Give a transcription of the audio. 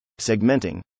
Segmenting